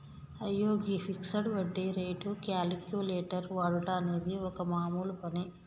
అయ్యో గీ ఫిక్సడ్ వడ్డీ రేటు క్యాలిక్యులేటర్ వాడుట అనేది ఒక మామూలు పని